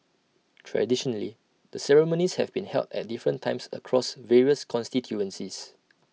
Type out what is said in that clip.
traditionally the ceremonies have been held at different times across various constituencies